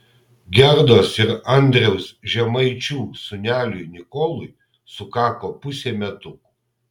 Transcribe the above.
gerdos ir andriaus žemaičių sūneliui nikolui sukako pusė metukų